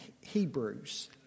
Hebrews